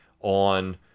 on